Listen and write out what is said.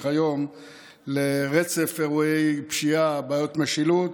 היום לרצף אירועי פשיעה ובעיות משילות,